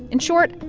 in short,